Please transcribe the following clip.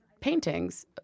paintings